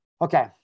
Okay